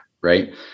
right